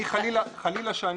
חלילה,